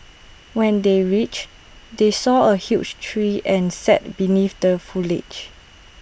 when they reached they saw A huge tree and sat beneath the foliage